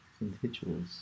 individuals